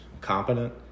competent